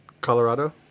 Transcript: Colorado